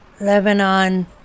Lebanon